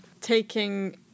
taking